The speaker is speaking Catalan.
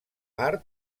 part